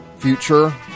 future